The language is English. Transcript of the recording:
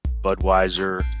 budweiser